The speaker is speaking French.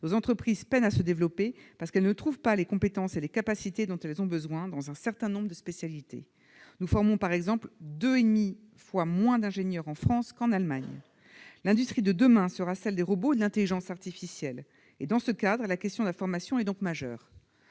Nos entreprises peinent à se développer parce qu'elles ne trouvent pas les compétences et les capacités dont elles ont besoin dans un certain nombre de spécialités. Nous formons par exemple deux fois et demie moins d'ingénieurs en France qu'en Allemagne. L'industrie de demain sera celle des robots d'intelligence artificielle. La question de la formation est donc majeure.